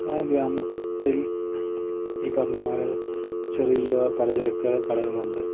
ആ ഗ്രാമത്തിൽ ഈ പറഞ്ഞതു പോലെ ചെറിയ പലചരക്ക് കടകൾ ഉണ്ട്